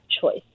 choice